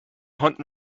hunt